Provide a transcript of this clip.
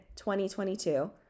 2022